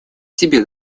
себе